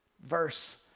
Verse